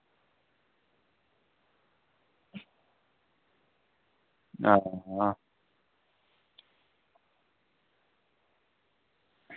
हां